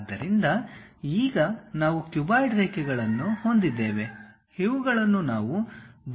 ಆದ್ದರಿಂದ ಈಗ ನಾವು ಕ್ಯೂಬಾಯ್ಡ್ ರೇಖೆಗಳನ್ನು ಹೊಂದಿದ್ದೇವೆ ಇವುಗಳನ್ನು ನಾವು ಬದಿ ಅಂಚುಗಳು ಎಂದು ಕರೆಯುತ್ತೇವೆ